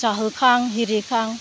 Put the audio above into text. जाहोखां आरिखां